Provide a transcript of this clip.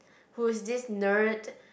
who is this nerd